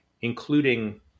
including